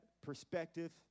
perspective